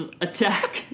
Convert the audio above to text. attack